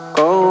go